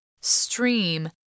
Stream